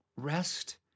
Rest